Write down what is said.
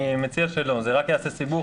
אני מציע שלא, זה רק יעשה סיבוך.